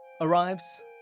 arrives